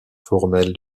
formelle